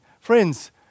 friends